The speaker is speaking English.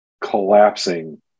collapsing